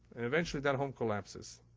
and eventually, that home collapses.